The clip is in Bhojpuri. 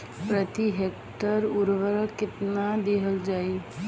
प्रति हेक्टेयर उर्वरक केतना दिहल जाई?